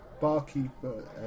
barkeeper